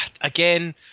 Again